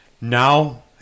Now